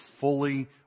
fully